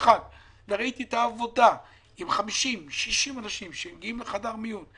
וראיתי את העבודה עם 50 60 אנשים שהגיעו לחדר המיון,